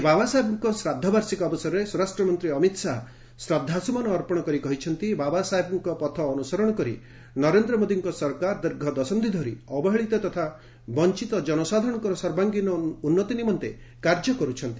ଆଜି ବାବାସାହେବଙ୍କ ଶ୍ରାଦ୍ଧବାର୍ଷିକୀ ଅବସରରେ ସ୍ୱରାଷ୍ଟ୍ରମନ୍ତ୍ରୀ ଅମିତ୍ ଶାହା ଶ୍ରଦ୍ଧାସୁମନ ଅର୍ପଣ କରି କହିଛନ୍ତି ବାବାସାହେବଙ୍କ ପଥ ଅନୁସରଣ କରି ନରେନ୍ଦ୍ର ମୋଦିଙ୍କ ସରକାର ଦୀର୍ଘ ଦଶନ୍ଧି ଧରି ଅବହେଳିତ ତଥା ବଞ୍ଚତ ଜନସାଧାରଣଙ୍କ ସର୍ବାଙ୍ଗୀନ ଉନ୍ନତି ନିମନ୍ତେ କାର୍ଯ୍ୟ କରୁଛନ୍ତି